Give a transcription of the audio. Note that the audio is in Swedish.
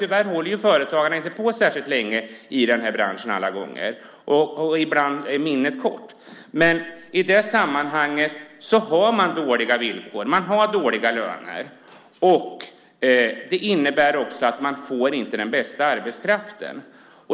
Tyvärr håller företagare inte på särskilt länge inom den här branschen, och ibland är minnet kort. Men man har dåliga villkor, man har dåliga löner. Det innebär att man inte får den bästa arbetskraften.